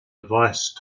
advice